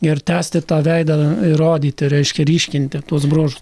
ir tęsti tą veidą ir rodyti reiškia ryškinti tuos bruožus